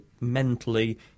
mentally